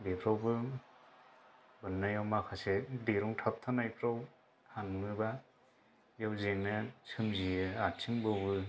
बेफोरावबो बेननायाव माखासे दिरुं थाबथानायफोराव थाङोबा बेयाव जेंनाया सोमजियो आथिं बौवो